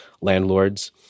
landlords